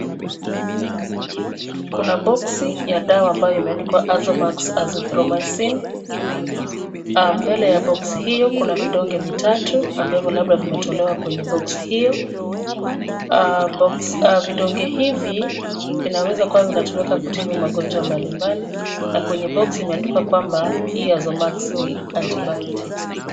Kuna boksi ya dawa ambayo imeandikwa azomax azithromycin. Mbele ya boksi hiyo kuna vidonge vitatu ambavyo labda vimetolewa kwenye boksi hiyo .Vidonge hivi vinaweza kuwa vinatumika kutibu magonjwa mbalimbali na kwenye boksi imeandikwa kwamba hii azithronycin ni antibiotic .